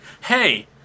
hey